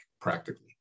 practically